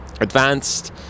advanced